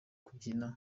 kubyina